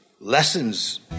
lessons